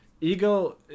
Ego